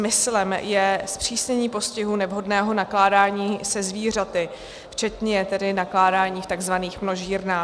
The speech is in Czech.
Smyslem je zpřísnění postihu nevhodného nakládání se zvířaty, včetně nakládání v takzvaných množírnách.